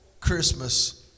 Christmas